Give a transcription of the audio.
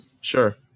sure